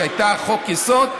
שהייתה חוק-יסוד,